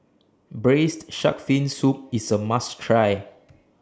Braised Shark Fin Soup IS A must Try